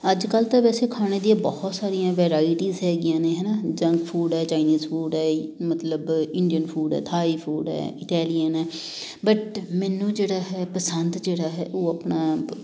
ਅੱਜ ਕੱਲ੍ਹ ਤਾਂ ਵੈਸੇ ਖਾਣੇ ਦੀਆਂ ਬਹੁਤ ਸਾਰੀਆਂ ਵੈਰਾਇਟੀਜ਼ ਹੈਗੀਆਂ ਨੇ ਹੈ ਨਾ ਜੰਕ ਫੂਡ ਹੈ ਚਾਈਨੀਜ ਫੂਡ ਹੈ ਮਤਲਬ ਇੰਡੀਅਨ ਫੂਡ ਹੈ ਥਾਈ ਫੂਡ ਹੈ ਇਟਾਲੀਅਨ ਹੈ ਬਟ ਮੈਨੂੰ ਜਿਹੜਾ ਹੈ ਪਸੰਦ ਜਿਹੜਾ ਹੈ ਉਹ ਆਪਣਾ